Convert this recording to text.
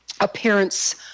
appearance